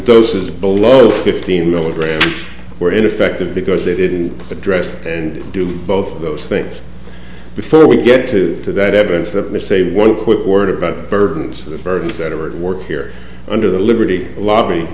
doses below fifteen milligrams were ineffective because they didn't address and do both of those things before we get to that evidence to say one quick word about the burdens of the birds that are at work here under the liberty lobby